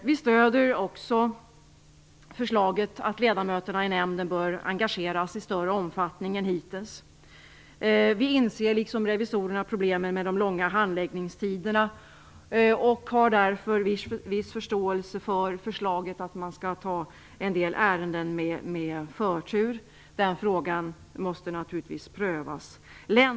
Vi stöder förslaget om att ledamöterna i nämnden bör engageras i större utsträckning än hittills. Vi inser liksom revisorerna problemen med de långa handläggningstiderna och har därför viss förståelse för förslaget att man skall ta en del ärenden med förtur. Den frågan måste naturligtvis prövas.